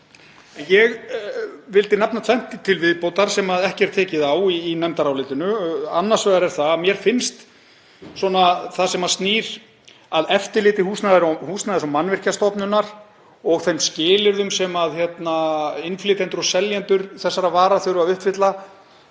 Ég vildi nefna tvennt til viðbótar sem ekki er tekið á í nefndarálitinu. Annars vegar er það að mér finnst það sem snýr að eftirliti Húsnæðis- og mannvirkjastofnunar og þeim skilyrðum sem innflytjendur og seljendur þessara vara þurfa að uppfylla,